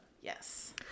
Yes